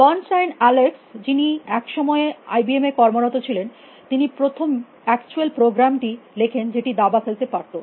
Bernstein Alex যিনি এক সময় আইবিএম এ কর্মরত ছিলেন তিনি প্রথম অ্যাকচুয়াল প্রোগ্রামটি লেখেন যেটি দাবা খেলতে পারত